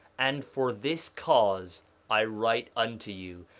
and for this cause i write unto you, you,